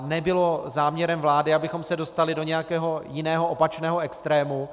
Nebylo záměrem vlády, abychom se dostali do nějakého jiného opačného extrému.